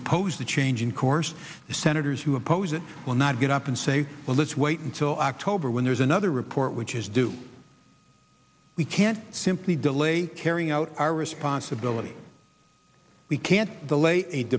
opposed the change in course the senators who oppose it will not get up and say well let's wait until october when there's another report which is due we can't simply delay carrying out our responsibility we can't the late